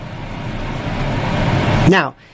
Now